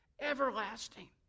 Everlasting